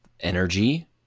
Energy